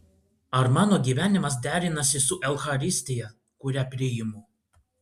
ar mano gyvenimas derinasi su eucharistija kurią priimu